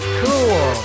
cool